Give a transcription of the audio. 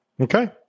Okay